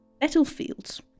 battlefields